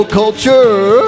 culture